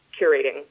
curating